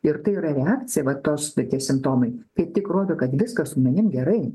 ir tai yra reakcija vat tos tie simptomai kaip tik rodo kad viskas su manim gerai